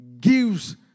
gives